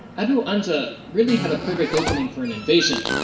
abu anja really had a perfect opening for an invasion.